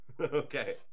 Okay